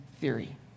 theory